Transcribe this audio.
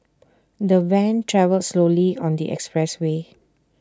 the van travelled slowly on the expressway